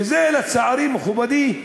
וזה לצערי, מכובדי,